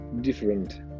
different